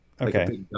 okay